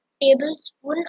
tablespoon